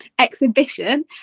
exhibition